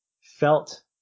felt